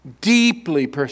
deeply